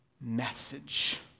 message